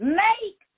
make